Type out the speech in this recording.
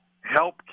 help